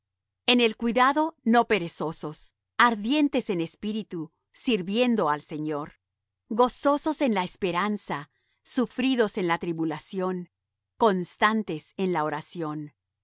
en el cuidado no perezosos ardientes en espíritu sirviendo al señor gozosos en la esperanza sufridos en la tribulación constantes en la oración